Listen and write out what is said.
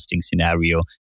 scenario